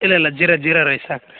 ಇಲ್ಲ ಇಲ್ಲ ಜೀರ ಜೀರಾ ರೈಸ್ ಸಾಕು ರೀ